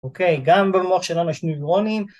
אוקיי, גם במוח שלנו יש ניורונים.